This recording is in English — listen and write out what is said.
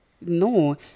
no